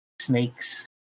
snakes